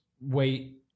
wait